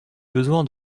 besoin